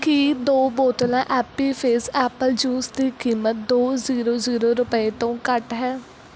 ਕੀ ਦੋ ਬੋਤਲਾਂ Appy Fizz apple juice ਦੀ ਕੀਮਤ ਦੋ ਜ਼ੀਰੋ ਜ਼ੀਰੋ ਰੁਪਏ ਤੋਂ ਘੱਟ ਹੈ